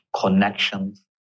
connections